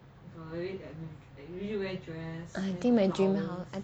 I think my dream house